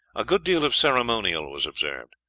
a good deal of ceremonial was observed.